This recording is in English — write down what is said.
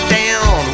down